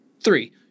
Three